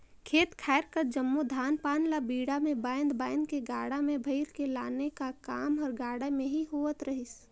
खेत खाएर कर जम्मो धान पान ल बीड़ा मे बाएध बाएध के गाड़ा मे भइर के लाने का काम हर गाड़ा मे ही होवत रहिस